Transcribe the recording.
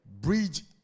Bridge